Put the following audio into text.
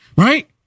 Right